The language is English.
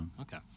Okay